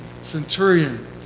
centurion